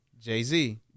jay-z